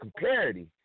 comparity